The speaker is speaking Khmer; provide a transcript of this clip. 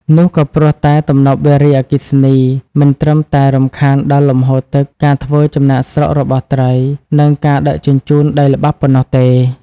នោះក៏ព្រោះតែ ទំនប់វារីអគ្គិសនីមិនត្រឹមតែរំខានដល់លំហូរទឹក ការធ្វើចំណាកស្រុករបស់ត្រី និងការដឹកជញ្ជូនដីល្បាប់ប៉ុណ្ណោះទេ។